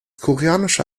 koreanische